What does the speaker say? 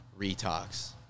Retox